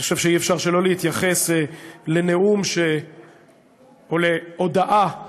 אני חושב שאי-אפשר שלא להתייחס לנאום או להודעה